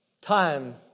time